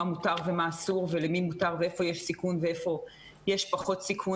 מה מותר ומה אסור ולמי מותר ואיפה יש סיכון ואיפה יש פחות סיכון,